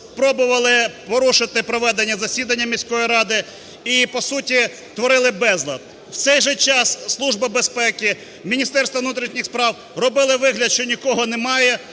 спробували порушити проведення засідання міської ради і по суті творили безлад. В цей же час Служба безпеки, Міністерство внутрішніх справ робили вигляд, що нікого немає.